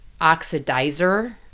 oxidizer